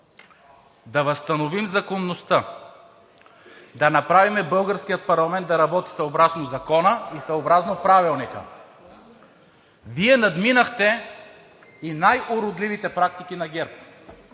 да възстановим законността, да направим българския парламент да работи съобразно закона и съобразно Правилника. Вие надминахте и най-уродливите практики на ГЕРБ.